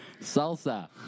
Salsa